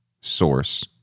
source